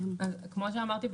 כמו שאמרתי,